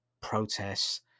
protests